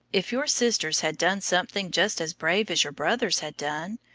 if your sisters had done something just as brave as your brothers had done,